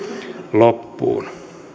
loppuun